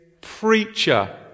preacher